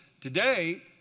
Today